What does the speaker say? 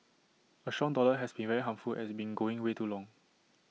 A strong dollar has been very harmful as been going way too long